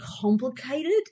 complicated